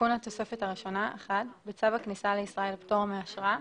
תיקון התוספת הראשונה בצו הכניסה לישראל (פטור מאשרה),